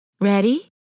Ready